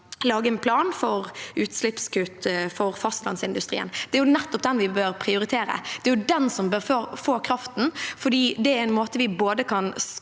lage en plan for utslippskutt for fastlandsindustrien. Det er nettopp den vi bør prioritere. Det er den som bør få kraften,